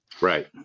right